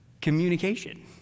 Communication